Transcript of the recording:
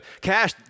cash